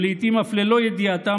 ולעיתים אף ללא ידיעתם,